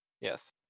yes